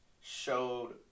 showed